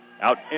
Out